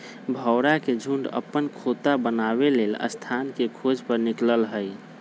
भौरा के झुण्ड अप्पन खोता बनाबे लेल स्थान के खोज पर निकलल हइ